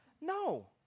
No